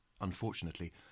Unfortunately